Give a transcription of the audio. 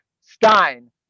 Stein